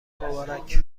مبارک